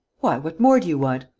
why, what more do you want?